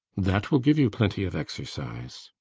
that will give you plenty of exercise.